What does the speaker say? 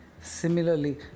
Similarly